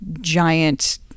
giant